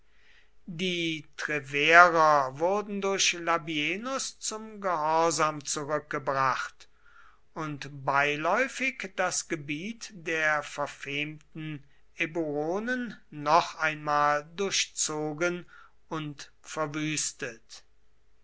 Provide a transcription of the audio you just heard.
die treuerer wurden durch labienus zum gehorsam zurückgebracht und beiläufig das gebiet der verfemten eburonen noch einmal durchzogen und verwüstet